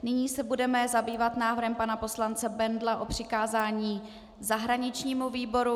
Nyní se budeme zabývat návrhem pana poslance Bendla o přikázání zahraničnímu výboru.